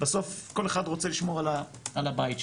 בסוף כל אחד רוצה לשמור על הבית שלו,